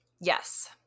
Yes